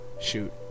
Shoot